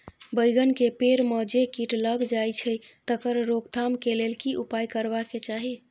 बैंगन के पेड़ म जे कीट लग जाय छै तकर रोक थाम के लेल की उपाय करबा के चाही?